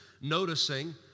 noticing